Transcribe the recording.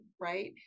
right